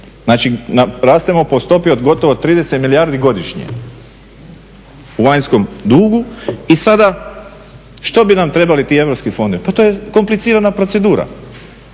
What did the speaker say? Znači, rastemo po stopi od gotovo 30 milijardi godišnje u vanjskom dugu. I sada što bi nam trebali ti europski fondovi? Pa to je komplicirana procedura.